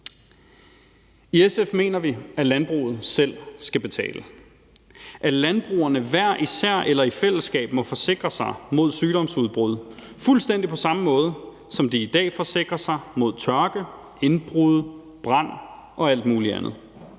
I SF mener vi, at landbruget selv skal betale, altså at landbrugerne hver især eller i fællesskab må forsikre sig mod sygdomsudbrud, fuldstændig på samme måde, som de i dag forsikrer sig mod tørke, indbrud, brand og alt muligt andet,